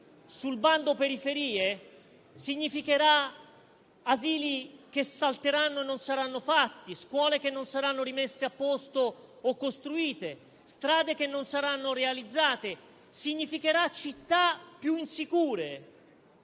sul bando periferie significherà asili che non saranno fatti, scuole che non saranno ristrutturate o costruite, strade che non saranno realizzate; significherà città più insicure;